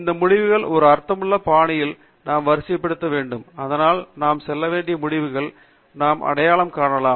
இந்த முடிவுகளை ஒரு அர்த்தமுள்ள பாணியில் நாம் வரிசைப்படுத்த வேண்டும் அதனால் நாம் செல்ல வேண்டிய முடிவுகளை நாம் அடையாளம் காணலாம்